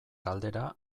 galdera